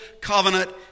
Covenant